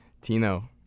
Tino